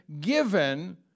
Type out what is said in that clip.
given